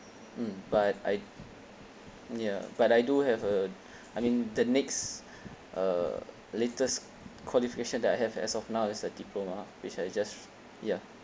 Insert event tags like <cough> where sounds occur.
mm but I ya but I do have a <breath> I mean the next uh latest qualification that I have as of now is a diploma which I just ya